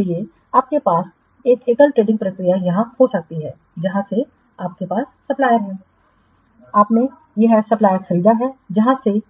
तो इसीलिए आपके पास एक एकल टेंडरिंग प्रक्रिया यहाँ हो सकती है जहाँ से आपके पास सप्लायरहै आपने यह सप्लायरखरीदा है जहाँ से